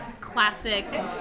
classic